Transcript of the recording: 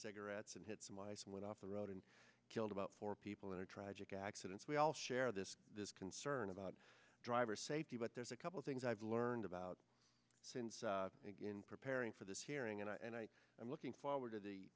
cigarettes and hit some ice and went off the road and killed about four people in a tragic accidents we all share this this concern about driver safety but there's a couple things i've learned about since i think in preparing for this hearing and i and i i'm looking forward to the